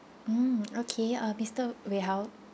mm okay uh mister wei hao